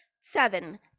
Seven